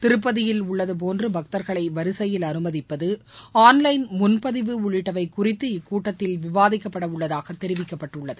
திருப்பதியில் உள்ளது போன்று பக்தர்களை வரிசையில் அனுமதிப்பது ஆன்லைள் முன்பதிவு உள்ளிட்டவை குறித்து இக்கூட்டத்தில் விவாதிக்கப்படவுள்ளதாக தெரிவிக்கப்பட்டுள்ளது